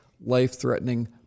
life-threatening